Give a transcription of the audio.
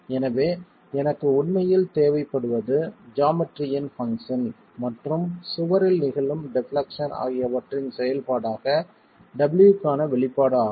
எனவே எனக்கு உண்மையில் தேவைப்படுவது ஜாமெட்ரியின் பங்சன் மற்றும் சுவரில் நிகழும் டெப்லெக்சன் ஆகியவற்றின் செயல்பாடாக w க்கான வெளிப்பாடு ஆகும்